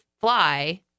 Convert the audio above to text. fly